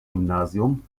gymnasium